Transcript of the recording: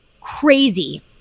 crazy-